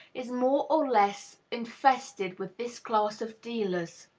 is more or less infested with this class of dealers.